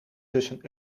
tussen